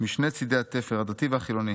משני צידי התפר, הדתי והחילוני.